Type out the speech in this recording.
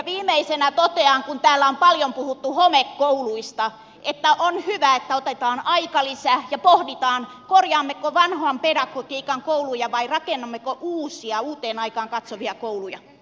viimeisenä totean kun täällä on paljon puhuttu homekouluista että on hyvä että otetaan aikalisä ja pohditaan korjaammeko vanhan pedagogiikan kouluja vai rakennammeko uusia uuteen aikaan katsovia kouluja